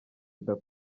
kagame